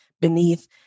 beneath